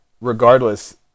regardless